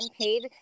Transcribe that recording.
paid